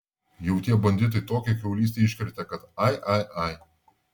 jau tie banditai tokią kiaulystę iškrėtė kad ai ai ai